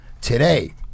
Today